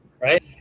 right